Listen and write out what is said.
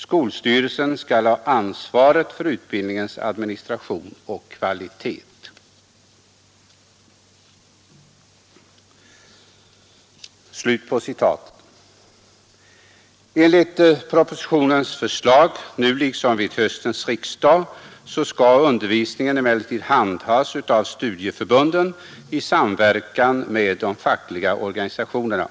Skolstyrelserna skall ha ansvaret för utbildningens administration och kvalitet.” Men enligt propositionens förslag nu liksom vid riksdagen i höstas skall undervisningen handhas av studieförbunden i samverkan med de fackliga organisationerna.